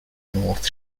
north